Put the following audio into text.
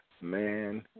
man